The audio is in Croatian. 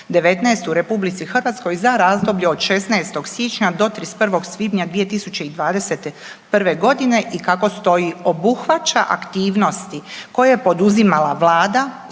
u RH za razdoblje od 16. siječnja do 31. svibnja 2021.g. i kako stoji obuhvaća aktivnosti koje je poduzimala vlada,